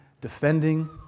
defending